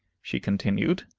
she continued